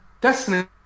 Destiny